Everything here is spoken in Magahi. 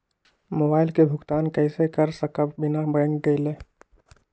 मोबाईल के भुगतान कईसे कर सकब बिना बैंक गईले?